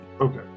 Okay